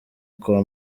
kwa